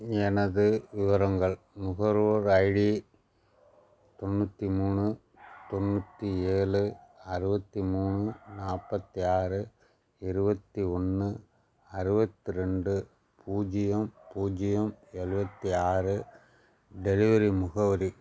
எனது விவரங்கள் நுகர்வோர் ஐடி தொண்ணூற்றி மூணு தொண்ணூற்றி ஏழு அறுபத்தி மூணு நாற்பத்தி ஆறு இருபத்தி ஒன்று அறுபத்து ரெண்டு பூஜ்ஜியம் பூஜ்ஜியம் ஏழுவத்தி ஆறு டெலிவரி முகவரி